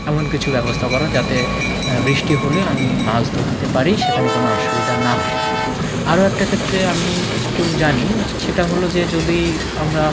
এমন কিছু ব্যবস্থা করো যাতে বৃষ্টি হলে আমি মাছ ধরতে পারি সেখানে কোনো অসুবিধা না হয় আরও একটা ক্ষেত্রে আমি একটু জানি সেটা হলো যে যদি আমরা